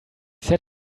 said